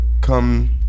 come